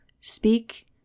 speak